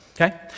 okay